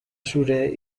zeure